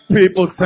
People